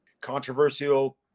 controversial